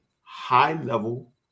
high-level